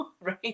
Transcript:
right